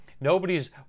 Nobody's